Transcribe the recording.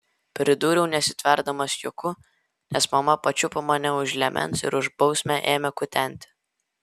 pridūriau nesitverdamas juoku nes mama pačiupo mane už liemens ir už bausmę ėmė kutenti